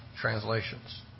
translations